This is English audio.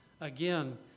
again